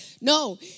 No